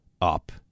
up